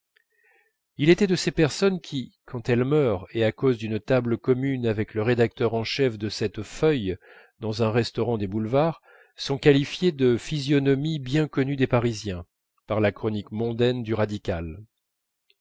il était de ces personnes qui quand elles meurent et à cause d'une table commune avec le rédacteur en chef de cette feuille dans un restaurant des boulevards sont qualifiés de physionomie bien connue des parisiens par la chronique mondaine du radical